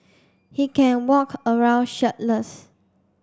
he can walk around shirtless